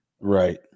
Right